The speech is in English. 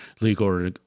legal